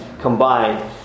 combined